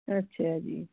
ਅੱਛਾ ਜੀ